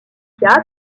cas